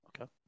Okay